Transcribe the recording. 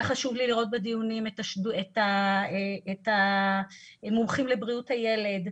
היה חשוב לי לראות בדיונים את המומחים לבריאות הילד,